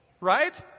Right